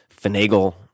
finagle